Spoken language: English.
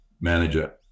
manager